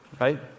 right